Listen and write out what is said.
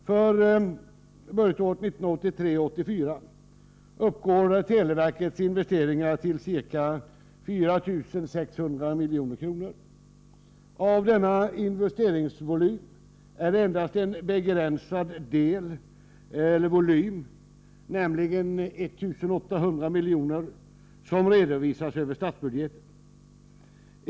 För budgetåret 1983/84 uppgår televerkets investeringar till ca 4 600 milj.kr. Av denna investeringsvolym redovisas endast en begränsad del, nämligen 2 800 milj.kr., över statsbudgeten.